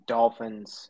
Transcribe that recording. Dolphins